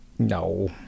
no